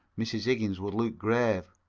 mrs. higgins would look grave.